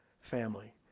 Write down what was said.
family